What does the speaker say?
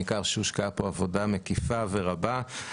ניכר שהושקעה פה עבודה מקיפה ורבה.